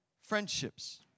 friendships